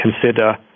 consider